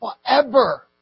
Forever